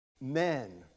men